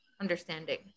understanding